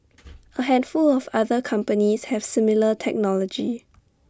A handful of other companies have similar technology